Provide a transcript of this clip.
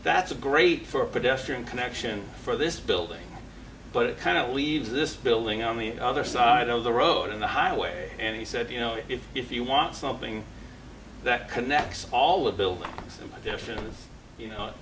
that's a great for a pedestrian connection for this building but it kind of leaves this building on the other side of the road in the highway and he said you know if you want something that connects all the building you know